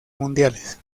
mundiales